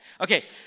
Okay